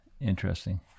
Interesting